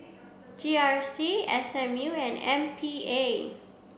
G R C S M U and M P A